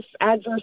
adverse